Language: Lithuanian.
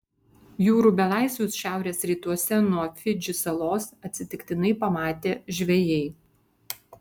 jūrų belaisvius šiaurės rytuose nuo fidžį salos atsitiktinai pamatė žvejai